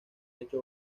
hecho